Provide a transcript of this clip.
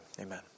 Amen